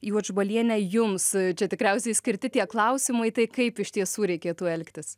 juodžbaliene jums čia tikriausiai skirti tie klausimai tai kaip iš tiesų reikėtų elgtis